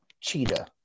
Cheetah